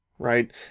right